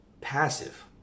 Passive